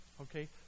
Okay